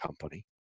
company